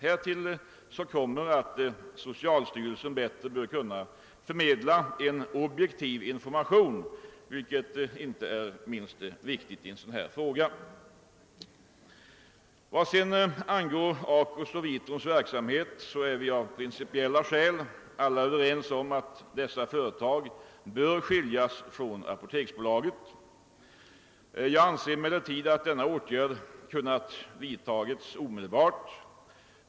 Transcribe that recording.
Härtill kommer att socialstyrelsen bättre bör kunna förmedla en objektiv information, vilket inte minst är viktigt i en sådan fråga. Vad sedan angår ACO:s och Vitrums verksamhet är vi av principiella skäl alla överens om att dessa företag bör skiljas från apoteksbolaget. Jag anser emellertid att denna åtgärd borde ha kunnat vidtas omedelbart.